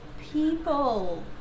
people